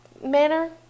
manner